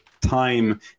time